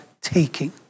taking